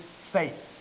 faith